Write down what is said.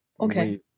okay